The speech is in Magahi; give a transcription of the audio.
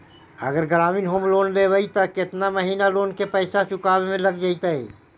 अगर ग्रामीण होम लोन लेबै त केतना महिना लोन के पैसा चुकावे में लग जैतै?